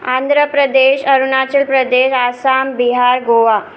Andhra Pradesh Arunachal Pradesh Assam Bihar Goa